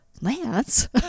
lance